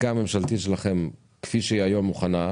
הממשלתית שלכם כפי שהיא מוכנה היום,